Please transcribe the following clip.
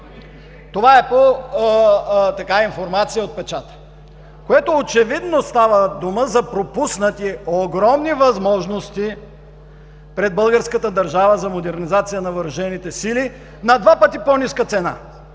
Това е по информация от печата. Което очевидно става дума за пропуснати огромни възможности пред българската държава за модернизация на въоръжените сили на два пъти по-ниска цена.